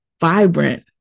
vibrant